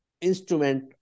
Instrument